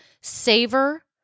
savor